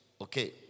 Okay